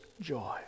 joy